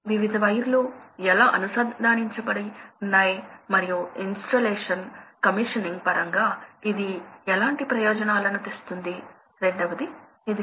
కాబట్టి అవి చాలా సాధారణమైనవి మరియు సాధారణ అప్లికేషన్స్ మరియు ఎనర్జీ పరంగా చాలా ముఖ్యమైనవి